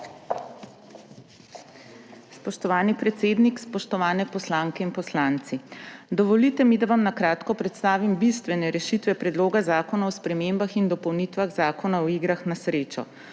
Spoštovani predsednik, spoštovani poslanke in poslanci! Dovolite mi, da vam na kratko predstavim bistvene rešitve Predloga zakona o spremembah in dopolnitvah Zakona o igrah na srečo.